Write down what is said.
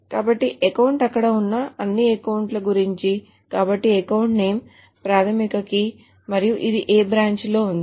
కాబట్టి అకౌంట్ అక్కడ ఉన్న అన్నిఅకౌంట్ల గురించి కాబట్టి అకౌంట్ నేమ్ ప్రాధమిక కీ మరియు ఇది ఏ బ్రాంచ్ లో ఉంది